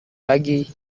lagi